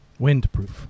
Windproof